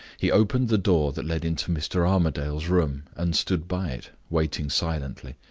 he opened the door that led into mr. armadale's room, and stood by it, waiting silently.